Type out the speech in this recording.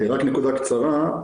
נקודה קצרה.